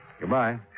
Goodbye